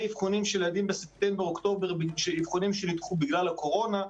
אבחונים של ילדים בספטמבר או באוקטובר שנדחו בגלל הקורונה,